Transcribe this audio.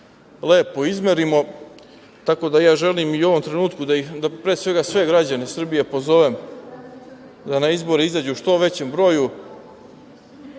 lepo izmerimo. Tako da, ja želim i u ovom trenutku, pre svega, sve građane Srbije pozovem da na izbore izađu u što većem broju,